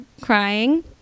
crying